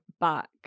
back